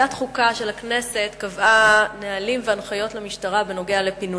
ועדת החוקה של הכנסת קבעה נהלים והנחיות למשטרה בנוגע לפינויים.